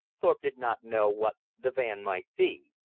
thorpe did not know what the van might be,